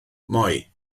moi